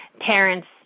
parents